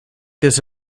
this